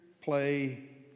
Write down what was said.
play